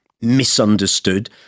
misunderstood